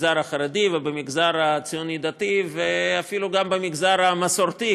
במגזר החרדי ובמגזר הציוני-דתי ואפילו גם במגזר המסורתי,